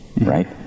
right